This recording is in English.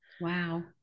Wow